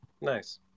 Nice